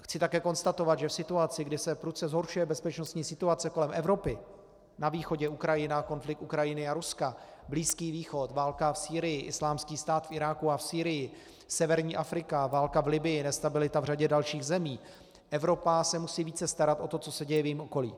Chci také konstatovat, že v situaci, kdy se prudce zhoršuje bezpečnostní situace kolem Evropy, na východě Ukrajina, konflikt Ukrajiny a Ruska, Blízký východ, válka v Sýrii, Islámský stát v Iráku a v Sýrii, severní Afrika, válka v Libyi, nestabilita v řadě dalších zemí, Evropa se musí více starat o to, co se děje v jejím okolí.